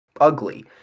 ugly